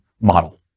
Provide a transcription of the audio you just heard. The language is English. model